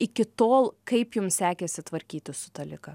iki tol kaip jums sekėsi tvarkytis su ta liga